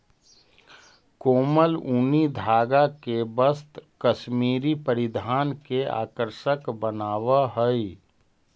कोमल ऊनी धागा के वस्त्र कश्मीरी परिधान के आकर्षक बनावऽ हइ